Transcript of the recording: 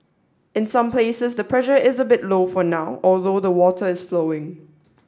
in some places the pressure is a bit low for now although the water is flowing